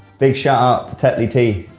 big shout-out to tetley tea!